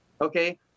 okay